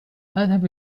أذهب